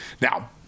Now